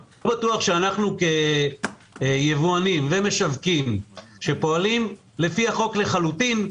לא בטוח שאנחנו כיבואנים ומשווקים שפועלים לפי החוק לחלוטין,